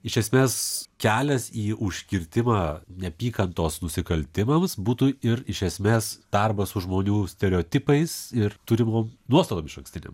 iš esmės kelias į užkirtimą neapykantos nusikaltimams būtų ir iš esmės darbas su žmonių stereotipais ir turi buvom nuostabą kažkokiam stiliam